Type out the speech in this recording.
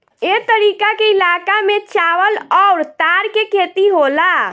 ए तरीका के इलाका में चावल अउर तार के खेती होला